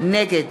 נגד